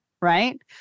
right